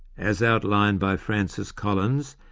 as outlined by francis collins,